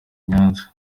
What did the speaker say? nyanza